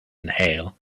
inhale